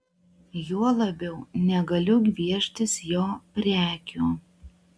juo labiau negaliu gvieštis jo prekių